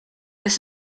this